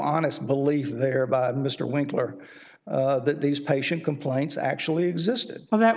honest belief there by mr winkler that these patient complaints actually existed